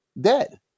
dead